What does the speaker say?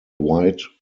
white